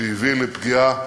שהביא לפגיעה